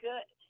Good